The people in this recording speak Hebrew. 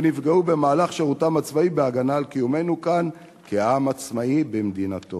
או נפגעו במהלך שירותם הצבאי בהגנה על קיומנו כאן כעם עצמאי במדינתו.